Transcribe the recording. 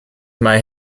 may